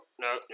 no